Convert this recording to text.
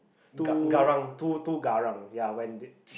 too too too garang ya when they